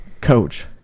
coach